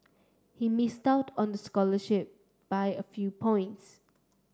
he missed out on the scholarship by a few points